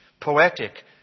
poetic